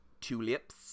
Tulips